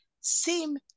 seem